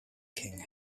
king